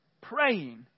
praying